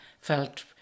felt